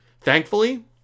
thankfully